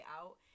out